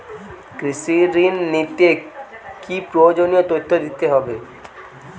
কৃষি ঋণ নিতে কি কি প্রয়োজনীয় তথ্য দিতে হবে?